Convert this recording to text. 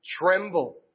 tremble